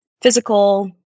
physical